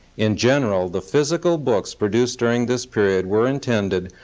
in general, the physical books produced during this period were intended,